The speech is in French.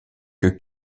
que